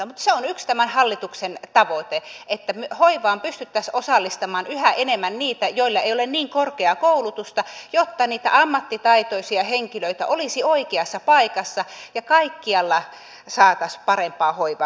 mutta se on yksi tämän hallituksen tavoite että hoivaan pystyttäisiin osallistamaan yhä enemmän niitä joilla ei ole niin korkeaa koulutusta jotta niitä ammattitaitoisia henkilöitä olisi oikeassa paikassa ja kaikkialla saataisiin parempaa hoivaa kuin tällä hetkellä